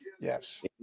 Yes